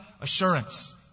assurance